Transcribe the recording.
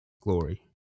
glory